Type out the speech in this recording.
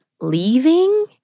leaving